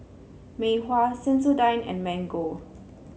Mei Hua Sensodyne and Mango